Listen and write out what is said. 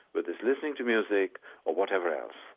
but it's listening to music or whatever else,